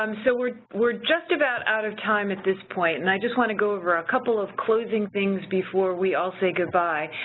um so we're we're just about out of time at this point and i just want to go over a couple of closing things before we all say goodbye.